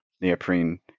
neoprene